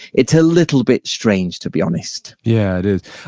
it's a little bit strange, to be honest yeah. it is.